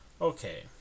Okay